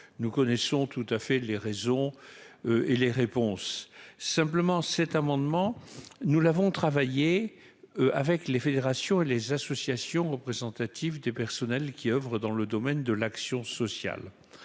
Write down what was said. nous connaissons tout à fait les raisons et les réponses simplement cet amendement, nous l'avons travaillé avec les fédérations et les associations représentatives des personnels qui oeuvrent dans le domaine de l'action sociale